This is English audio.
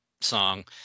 song